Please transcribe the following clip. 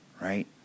right